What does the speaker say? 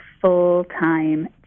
full-time